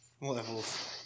Levels